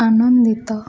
ଆନନ୍ଦିତ